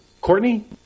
Courtney